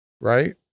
right